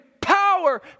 power